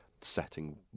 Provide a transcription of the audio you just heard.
setting